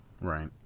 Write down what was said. Right